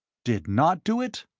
did not do it?